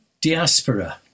diaspora